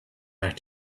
back